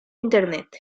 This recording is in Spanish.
internet